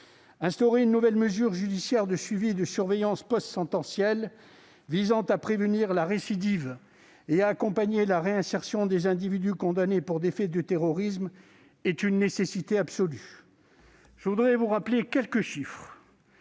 Instaurer une nouvelle mesure judiciaire de suivi et de surveillance postsentencielle visant à prévenir la récidive et à accompagner la réinsertion des individus condamnés pour des faits de terrorisme est une nécessité absolue. Je voudrais vous rappeler quelques chiffres,